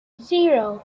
zero